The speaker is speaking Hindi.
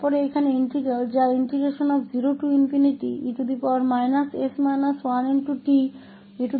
और फिर यहाँ इंटीग्रल जो 0e tdt है